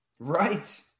Right